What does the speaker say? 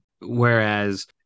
whereas